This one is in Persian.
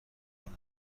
کنم